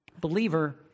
Believer